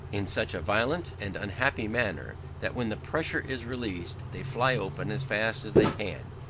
in such a violent and unhappy manner that when the pressure is relaxed they fly open as fast as they can,